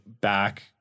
back